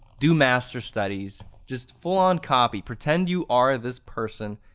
do master studies, just full-on copy. pretend you are this person